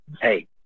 Hey